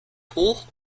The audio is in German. hoch